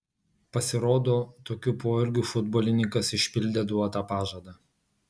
pasirodo tokiu poelgiu futbolininkas išpildė duotą pažadą